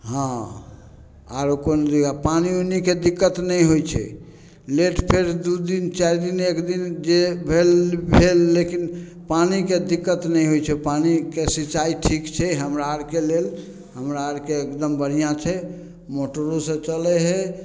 हँ आर पानि उनीके दिक्कत नहि होइ छै लेट सेट दू दिन चारि दिन एक दिन जे भेल भेल लेकिन पानिके दिक्कत नहि होइ छै पानिके सिचाइ ठीक छै हमरा अरके लेल हमरा अरके एकदम बढ़िआँ छै मोटरोसँ चलय हइ